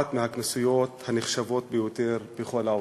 אחת מהכנסיות הנחשבות ביותר בכל העולם.